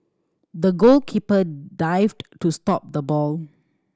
the goalkeeper dived to stop the ball